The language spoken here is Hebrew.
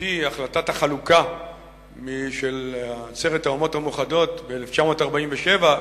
על-פי החלטת החלוקה של עצרת האומות המאוחדות ב-1947,